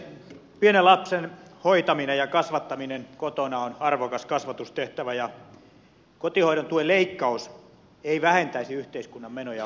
pienen lapsen hoitaminen ja kasvattaminen kotona on arvokas kasvatustehtävä ja kotihoidon tuen leikkaus ei vähentäisi yhteiskunnan menoja vaan lisäisi niitä